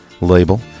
label